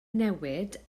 newid